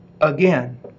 again